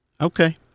Okay